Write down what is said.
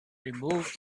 removed